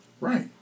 Right